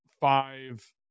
five